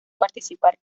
participar